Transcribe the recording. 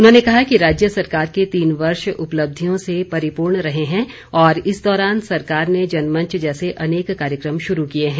उन्होंने कहा कि राज्य सरकार के तीन वर्ष उपलब्धियों से परिपूर्ण रहे हैं और इस दौरान सरकार ने जनमंच जैसे अनेक कार्यक्रम शुरू किए हैं